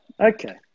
Okay